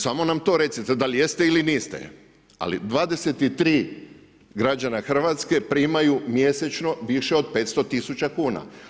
Samo nam to recite, dal jeste ili niste, ali 23 građana Hrvatske primaju mjesečno više od 500 tisuća kuna.